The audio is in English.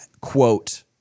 quote